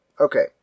Okay